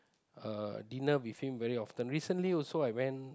uh dinner with him very often recently also I went